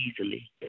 easily